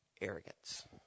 Arrogance